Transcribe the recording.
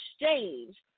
exchange